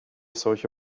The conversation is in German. solche